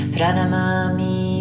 Pranamami